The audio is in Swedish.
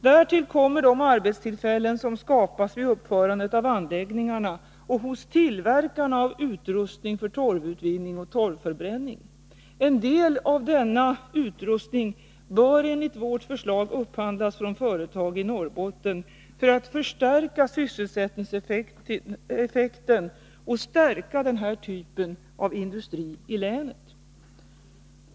Därtill kommer de arbetstillfällen som skapas vid uppförandet av anläggningarna och hos tillverkarna av utrustning för torvutvinning och torvförbränning. En del av denna utrustning bör enligt vårt förslag upphandlas från företag i Norrbotten för att förstärka sysselsättningseffekten och stärka denna typ av industri i länet.